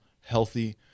healthy